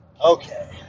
Okay